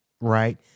right